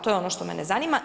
To je ono što mene zanima.